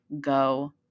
go